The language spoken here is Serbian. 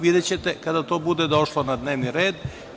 Videćete kada to bude došlo na dnevni red.